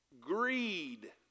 greed